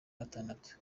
gatatu